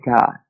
God